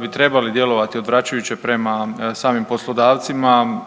bi trebale djelovati odvraćujuće prema samim poslodavcima.